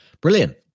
Brilliant